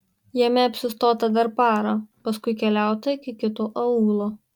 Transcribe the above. jame apsistota dar parą paskui keliauta iki kito aūlo